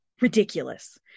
Ridiculous